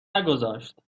نگذاشت